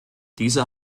diese